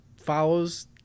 follows